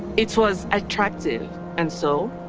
it was attractive, and so,